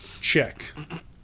check